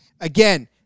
again